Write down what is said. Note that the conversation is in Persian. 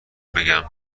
بگم